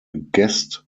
guest